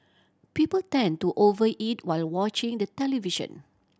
people tend to over eat while watching the television